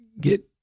get